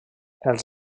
els